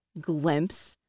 glimpse